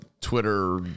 Twitter